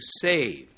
saved